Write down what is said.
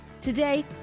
Today